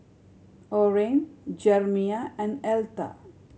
Orene Jerimiah and Elta